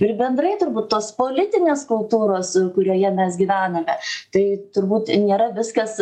ir bendrai turbūt tos politinės kultūros kurioje mes gyvename tai turbūt nėra viskas